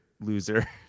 loser